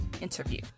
interview